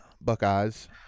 Buckeyes